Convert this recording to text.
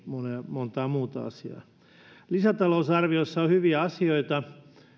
montaa muuta asiaa lisätalousarviossa on hyviä asioita